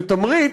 ותמריץ,